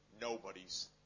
nobody's